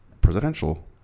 presidential